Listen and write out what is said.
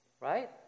right